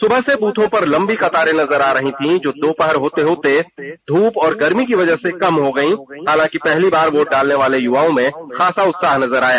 स्बह से बूथों पर लंबी कतारें नजर आ रही थीं जो दोपहर होते होते कम हो गई हालांकि पहली बार वोट डालने वाले य्वाओं में खासा उत्साह नजर आया